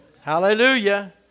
Hallelujah